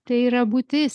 tai yra būtis